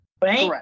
Correct